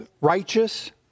righteous